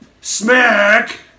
smack